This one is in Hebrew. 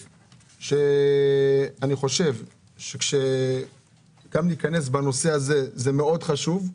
-- אני חושב שלהיכנס לנושא הזה זה מאוד חשוב.